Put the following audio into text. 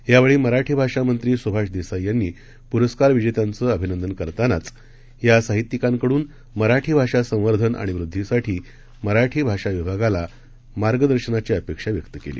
यावेळीमराठीभाषामंत्रीसुभाषदेसाईयांनीपुरस्कारविजेत्यांचंअभिनंदनकरतांनाच यासाहित्यिकांकडूनमराठीभाषासंवर्धनआणिवृद्धीसाठीमराठीभाषाविभागालामार्गदर्शना चीअपेक्षाव्यक्तकेली